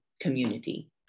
community